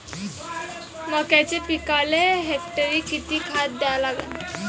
मक्याच्या पिकाले हेक्टरी किती खात द्या लागन?